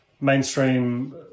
mainstream